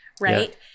Right